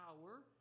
power